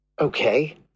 Okay